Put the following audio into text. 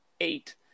eight